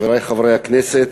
חברי חברי הכנסת,